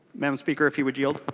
mme. um speaker if you would yield?